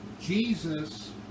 Jesus